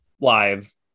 live